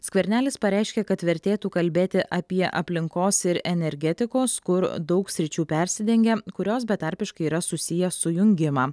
skvernelis pareiškė kad vertėtų kalbėti apie aplinkos ir energetikos kur daug sričių persidengia kurios betarpiškai yra susiję sujungimą